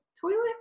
Toilet